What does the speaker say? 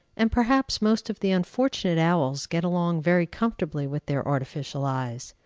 and perhaps most of the unfortunate owls get along very comfortably with their artificial eyes.